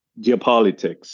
geopolitics